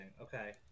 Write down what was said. Okay